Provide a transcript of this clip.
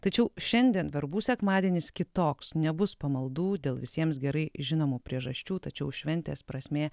tačiau šiandien verbų sekmadienis kitoks nebus pamaldų dėl visiems gerai žinomų priežasčių tačiau šventės prasmė